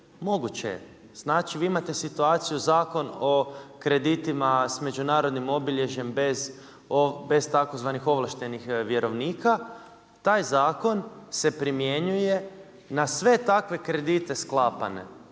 Moguće je. Znači vi imate situaciju Zakon o kreditima s međunarodnim obilježjem bez tzv. ovlaštenih vjerovnika. Taj zakon se primjenjuje na sve takve kredite sklapane.